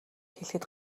хэлэхэд